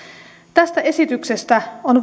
tästä esityksestä on